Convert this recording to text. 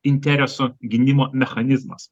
intereso gynimo mechanizmas